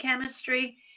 chemistry